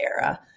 era